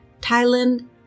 Thailand